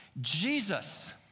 Jesus